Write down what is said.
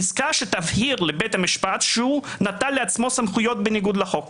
פסקה שתבהיר לבית המשפט שהוא נטל לעצמו סמכויות בניגוד לחוק